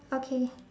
okay